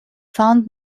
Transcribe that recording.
found